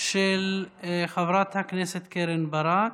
של חברת הכנסת קרן ברק,